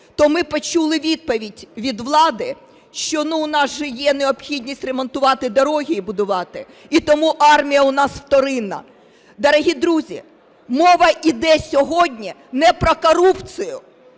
то ми почули відповідь від влади, що у нас же є необхідність ремонтувати дороги і будувати і тому армія у нас вторинна. Дорогі друзі, мова йде сьогодні не про корупцію,